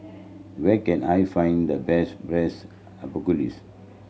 where can I find the best Braised Asparagus